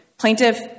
plaintiff